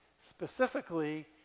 specifically